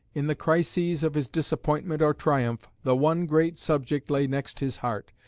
in the crises of his disappointment or triumph, the one great subject lay next his heart,